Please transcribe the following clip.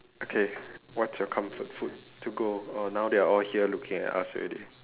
okay what's your comfort food to go oh now they are all here looking at us already